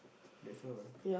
that's all